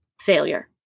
failure